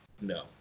No